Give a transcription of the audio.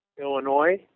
Illinois